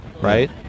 right